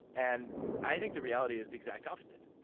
and i think the reality is the exact opposite,